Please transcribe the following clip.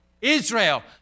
Israel